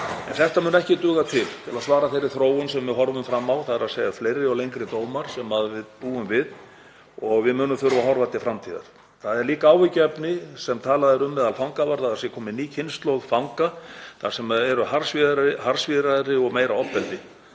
En þetta mun ekki duga til að svara þeirri þróun sem við horfum fram á, þ.e. fleiri og lengri dómar sem við búum við, og við munum þurfa að horfa til framtíðar. Það er líka áhyggjuefni sem talað er um meðal fangavarða að það sé komin ný kynslóð fanga sem eru harðsvíraðri og það sé meira ofbeldi.